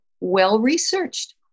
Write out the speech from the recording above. well-researched